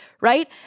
right